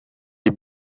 des